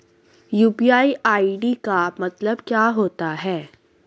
UPI ID का मतलब क्या होता है?